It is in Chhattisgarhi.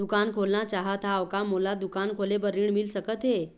दुकान खोलना चाहत हाव, का मोला दुकान खोले बर ऋण मिल सकत हे?